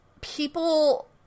people